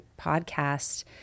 podcast